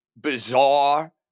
bizarre